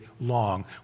long